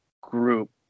group